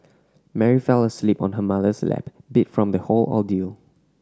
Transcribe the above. Mary fell asleep on her mother's lap beat from the whole ordeal